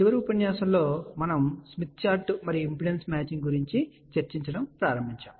చివరి ఉపన్యాసంలో మనము స్మిత్ చార్ట్ మరియు ఇంపిడెన్స్ మ్యాచింగ్ గురించి చర్చించడం ప్రారంభించాము